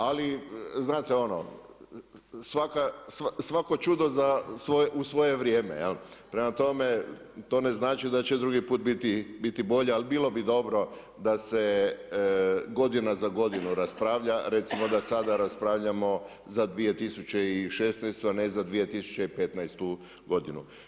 Ali znate ono „svako čudo u svoje vrijeme“, prema tome to ne znači da će drugi put biti bolja, ali bilo bi dobro da se godina za godinu raspravljam recimo da sada raspravljamo za 2016., a ne za 2015. godinu.